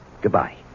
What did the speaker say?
Goodbye